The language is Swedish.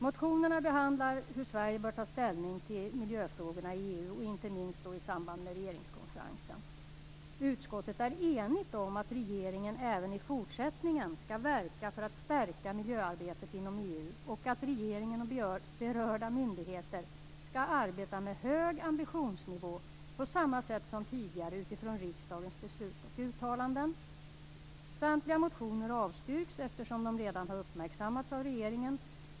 Motionerna handlar om hur Sverige bör ta ställning till miljöfrågorna i EU, inte minst i samband med regeringskonferensen. Utskottet är enigt om att regeringen även i fortsättningen skall verka för ett stärkt miljöarbete inom EU och om att regeringen och berörda myndigheter skall arbeta med hög ambitionsnivå på samma sätt som tidigare utifrån riksdagens beslut och uttalanden. Samtliga motioner avstyrks, eftersom de redan har uppmärksammats av regeringen.